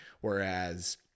whereas